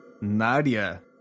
Nadia